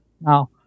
Now